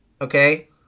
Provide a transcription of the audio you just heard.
Okay